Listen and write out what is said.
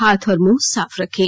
हाथ और मुंह साफ रखें